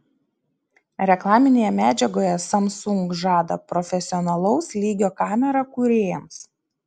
reklaminėje medžiagoje samsung žada profesionalaus lygio kamerą kūrėjams